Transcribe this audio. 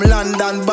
London